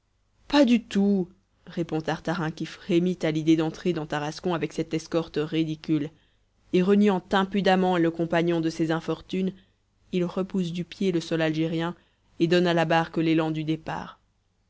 pas du tout répond tartarin qui frémit à l'idée d'entrer dans tarascon avec cette escorte ridicule et reniant impudemment le compagnon de ses infortunes il repousse du pied le sol algérien et donne à la barque l'élan du départ